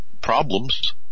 Problems